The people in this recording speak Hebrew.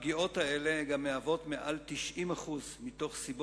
הפגיעות האלה הן גם יותר מ-90% מסיבות